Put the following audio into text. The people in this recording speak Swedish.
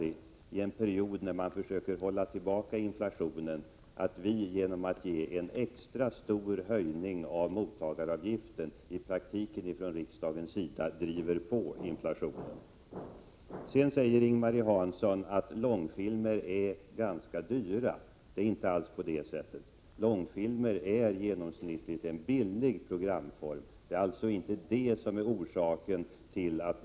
I en period när vi försöker hålla tillbaka inflationen tycker jag det är oansvarigt att riksdagen — genom en extra stor höjning av mottagaravgiften — i praktiken driver på inflationen. Ing-Marie Hansson säger att långfilmer är ganska dyra. Men det är inte alls så. Långfilmer är genomsnittligt en billig programform. Kostnaderna är alltså inte orsaken till att.